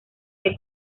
que